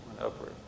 Upward